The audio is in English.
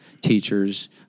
teachers